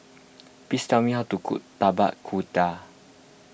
please tell me how to cook Tapak Kuda